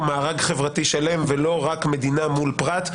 מארג חברתי שלם ולא רק מדינה מול פרט,